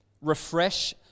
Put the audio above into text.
refresh